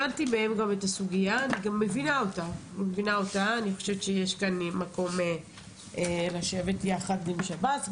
הבנתי מהם את הסוגייה ואני חושבת שיש כאן מקום לשבת יחד עם שב"ס.